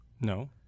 No